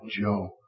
Joe